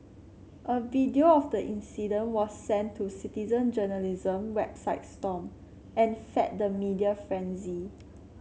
a video of the incident was sent to citizen journalism website stomp and fed the media frenzy